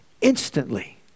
Instantly